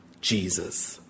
Jesus